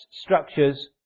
structures